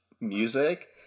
music